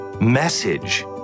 message